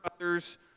others